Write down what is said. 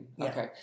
Okay